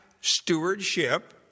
stewardship